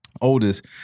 oldest